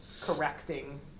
correcting